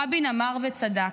רבין אמר וצדק,